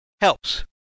helps